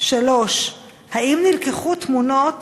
3. האם נלקחו תמונות